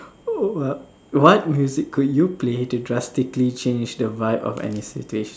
what music could you play to drastically change the vibe of any situation